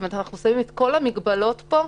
זאת אומרת שאנחנו שמים את כל המגבלות פה,